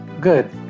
Good